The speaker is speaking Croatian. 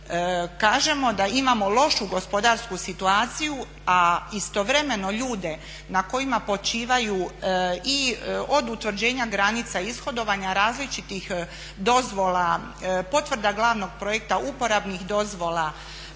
Kažemo da imamo lošu gospodarsku situaciju, a istovremeno ljude na kojima počivaju i od utvrđenja granica, ishodovanja različitih dozvola, potvrda glavnog projekta, uporabnih dozvola